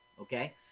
Okay